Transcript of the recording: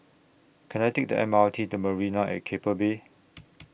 Can I Take The M R T to Marina At Keppel Bay